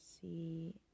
see